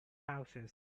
houses